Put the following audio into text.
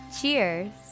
Cheers